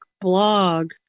blog